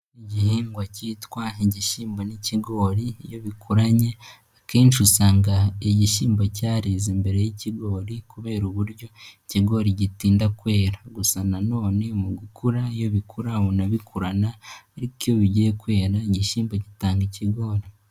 Igihingwa cyitwa igishyimbo n'ikigori, iyo bikoranye akenshi usanga igishyimbo cyareze imbere y'ikigori kubera uburyo ikigori gitinda kwera, gusa na none mu gukura iyo bikura ubona bikurana, ariko iyo bigiye kwera igishyimbo gitanga ikigori.